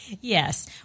Yes